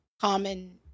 common